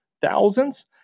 Thousands